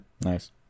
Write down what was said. Nice